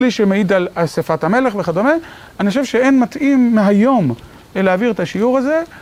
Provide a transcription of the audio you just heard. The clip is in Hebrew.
שלי שמעיד על אספת המלך וכדומה, אני חושב שאין מתאים מהיום להעביר את השיעור הזה